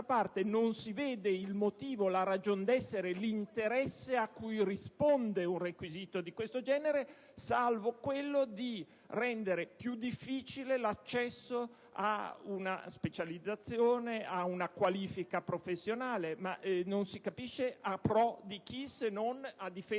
non si vede il motivo, la ragion d'essere e l'interesse a cui risponde un requisito di questo genere, salvo quello di rendere più difficile l'accesso a una specializzazione o a una qualifica professionale. Non si capisce a *pro* di chi, se non a difesa dei vecchi.